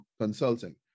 Consulting